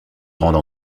grande